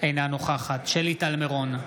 אינה נוכחת שלי טל מירון,